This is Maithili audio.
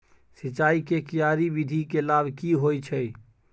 सिंचाई के क्यारी विधी के लाभ की होय छै?